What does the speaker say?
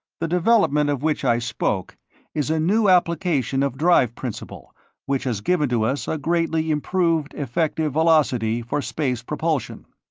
the development of which i spoke is a new application of drive principle which has given to us a greatly improved effective velocity for space propulsion.